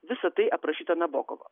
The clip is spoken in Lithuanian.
visa tai aprašyta nabokovo